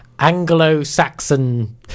anglo-saxon